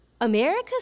America